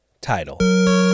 title